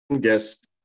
guest